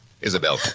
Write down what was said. Isabel